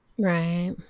Right